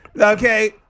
Okay